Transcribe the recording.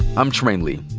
i'm trymaine lee.